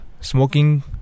Smoking